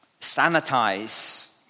sanitize